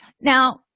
Now